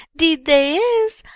deed they is.